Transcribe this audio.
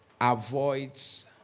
avoids